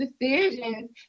decisions